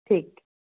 ਠੀਕ